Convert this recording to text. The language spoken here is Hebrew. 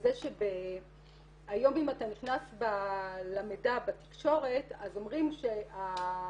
לזה שהיום אם אתה נכנס למידע בתקשורת אז אומרים שהאישה